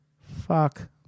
Fuck